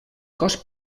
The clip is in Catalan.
cos